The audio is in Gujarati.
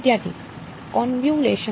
વિદ્યાર્થી કોન્વ્યુલેશન